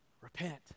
Repent